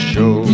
Show